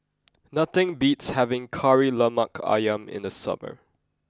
nothing beats having Kari Lemak Ayam in the summer